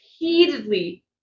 repeatedly